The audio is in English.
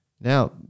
now